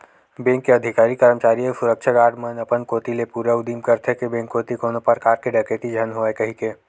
bank के अधिकारी, करमचारी अउ सुरक्छा गार्ड मन अपन कोती ले पूरा उदिम करथे के बेंक कोती कोनो परकार के डकेती झन होवय कहिके